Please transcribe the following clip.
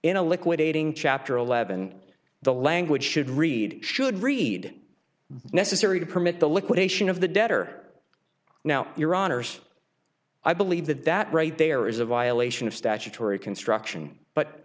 in a liquidating chapter eleven the language should read should read necessary to permit the liquidation of the debtor now your honour's i believe that that right there is a violation of statutory construction but